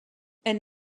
elle